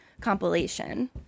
compilation